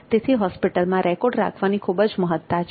તેથી હોસ્પિટલમાં રેકોર્ડ રાખવાની ખૂબ જ મહત્ત્તા છે